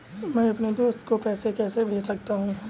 मैं अपने दोस्त को पैसे कैसे भेज सकता हूँ?